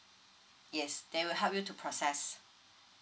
yes they will help you to process